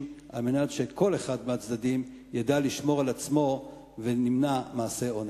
על מנת שכל אחד מהצדדים ידע לשמור על עצמו ונמנע מעשי אונס.